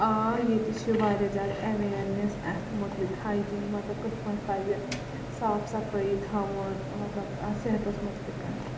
آ ییٚتہِ چھِ واریاہ زیادٕ ایٚویرنیٚس اتھ مُتعلِق ہایجیٖن مَطلَب کتھ پٲٹھۍ پَزٕ صاف صَفٲیی تھاوُن مَطلَب صحتَس مُتعلِق